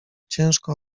ciężko